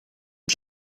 und